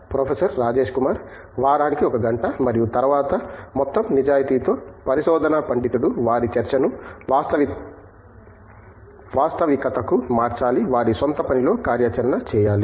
professor Rajesh Kumar వారానికి 1 గంట మరియు తరువాత మొత్తం నిజాయితీతో పరిశోధనా పండితుడు వారి చర్చను వాస్తవికతకు మార్చాలి వారి స్వంత పనిలో కార్యాచరణ చేయాలి